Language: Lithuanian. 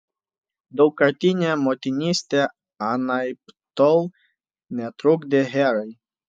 daugkartinė motinystė anaiptol netrukdė herai